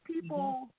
people